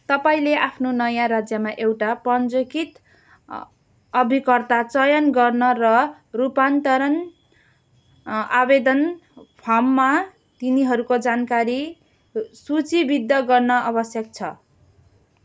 तपाईँँले आफ्नो नयाँ राज्यमा एउटा पञ्जिकृत अ अभिकर्ता चयन गर्न र रूपान्तरण आवेदन फममा तिनीहरूको जानकारी सूचीबद्ध गर्न आवश्यक छ